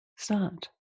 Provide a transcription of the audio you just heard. Start